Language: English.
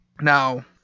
now